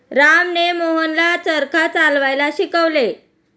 रामने मोहनला चरखा चालवायला शिकवले